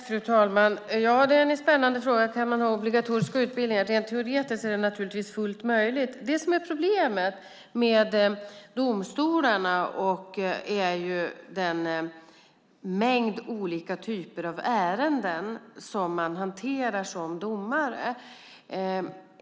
Fru talman! Frågan om obligatoriska utbildningar är spännande. Rent teoretiskt är det givetvis fullt möjligt att ha det. Problemet med domstolarna är den mängd olika typer av ärenden som domare hanterar.